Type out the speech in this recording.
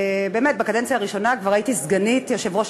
בקדנציה הראשונה כבר הייתי סגנית יושב-ראש